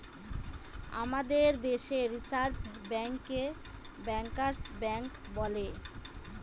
আমাদের দেশে রিসার্ভ ব্যাঙ্কে ব্যাঙ্কার্স ব্যাঙ্ক বলে